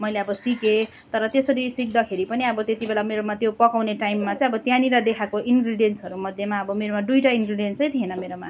मैले अब सिकेँ तर त्यसरी सिक्दाखेरि पनि अब त्यति बेला मेरोमा त्यो पकाउने टाइममा चाहिँ अब त्यहाँनिर देखाएको इन्ग्रिडियन्सहरू मध्येमा अब मेरोमा दुइवटा इन्ग्रिडियन्सै थिएन मेरोमा